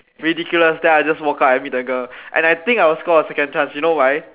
ridiculous then I will just walk out and meet the girl and I think I will score a second chance you know why